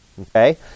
Okay